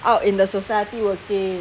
out in the society working